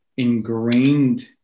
ingrained